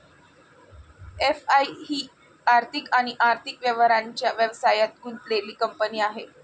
FI ही आर्थिक आणि आर्थिक व्यवहारांच्या व्यवसायात गुंतलेली कंपनी आहे